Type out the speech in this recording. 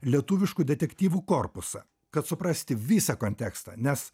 lietuviškų detektyvų korpusą kad suprasti visą kontekstą nes